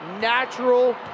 natural